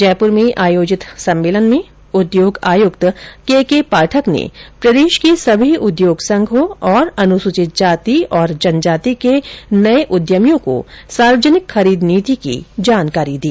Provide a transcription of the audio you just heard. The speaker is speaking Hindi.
जयपुर में आयोजित सम्मेलन में उद्योग आयुक्त के के पाठक ने प्रदेश के सभी उद्योग संघों और अनुसूचित जाति और जनजाति के नये उद्यमियों को सार्वजनिक खरीद नीति की जानकारी दी